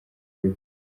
rev